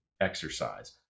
exercise